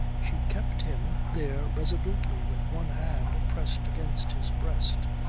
she kept him there resolutely with one hand pressed against his breast,